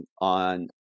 on